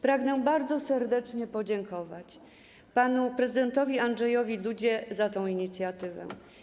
Pragnę bardzo serdecznie podziękować panu prezydentowi Andrzejowi Dudzie za tę inicjatywę.